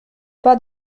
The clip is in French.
pas